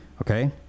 okay